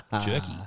jerky